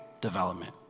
development